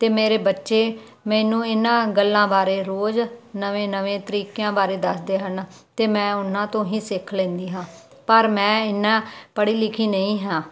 ਤੇ ਮੇਰੇ ਬੱਚੇ ਮੈਨੂੰ ਇਹਨਾਂ ਗੱਲਾਂ ਬਾਰੇ ਰੋਜ਼ ਨਵੇਂ ਨਵੇਂ ਤਰੀਕਿਆਂ ਬਾਰੇ ਦੱਸਦੇ ਹਨ ਤੇ ਮੈਂ ਉਹਨਾਂ ਤੋਂ ਹੀ ਸਿੱਖ ਲੈਂਦੀ ਹਾਂ ਪਰ ਮੈਂ ਇਨਾ ਪੜ੍ਹੀ ਲਿਖੀ ਨਹੀਂ ਹਾਂ